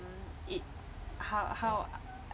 it how how